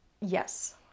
yes